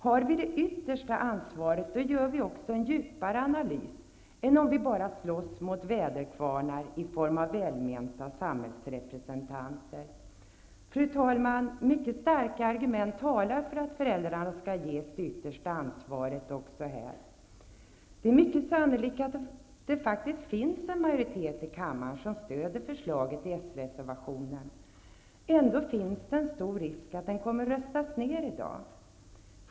Har vi det yttersta ansvaret, gör vi också en djupare analys än om vi bara slåss mot väderkvarnar i form av välmenta samhällsrepresentanter. Fru talman! Mycket starka argument talar för att föräldrarna skall ges det yttersta ansvaret också här. Det är mycket sannolikt att det faktiskt finns en majoritet i kammaren som stödjer förslaget i sreservationen. Ändå finns det en stor risk för att den kommer att röstas ned i dag.